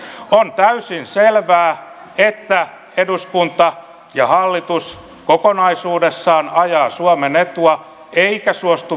on täysin selvää että eduskunta ja hallitus kokonaisuudessaan ajavat suomen etua eivätkä suostu velkaleikkauksiin